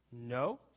no